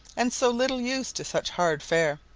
and so little used to such hard fare.